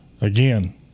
again